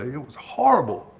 ah yeah it was horrible.